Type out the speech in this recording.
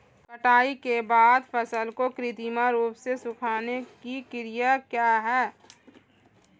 कटाई के बाद फसल को कृत्रिम रूप से सुखाने की क्रिया क्या है?